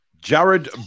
Jared